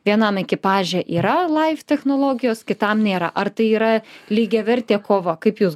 vienam ekipaže yra laif technologijos kitam nėra ar tai yra lygiavertė kova kaip jūs